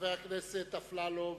חבר הכנסת אפללו,